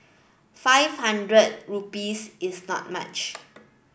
five hundred rupees is not much